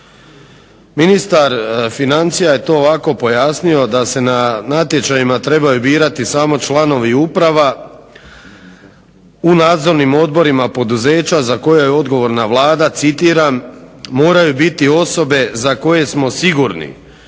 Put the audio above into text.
Ministar financija je to ovako pojasnio, da se na natječajima trebaju birati samo članovi uprava u nadzornim odborima poduzeća za koja je odgovorna Vlada citiram: "Moraju biti osobe za koje smo sigurni